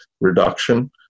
reduction